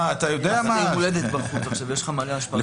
נניח שעשית יום הולדת בחוץ ויש לך מלא אשפה.